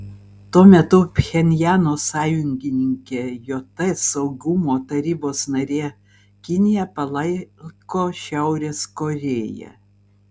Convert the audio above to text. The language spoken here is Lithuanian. tuo metu pchenjano sąjungininkė jt saugumo tarybos narė kinija palaiko šiaurės korėją